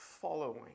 following